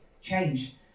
change